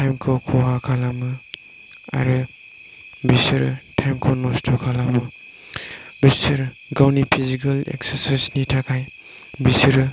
टाइमखौ खहा खालामो आरो बिसोर टाइमखौ नस्थ' खालामो बिसोर गावनि फिजिकेल एक्सारसाइसनि थाखाय बिसोर